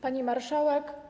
Pani Marszałek!